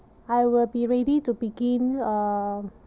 I will be ready to begin uh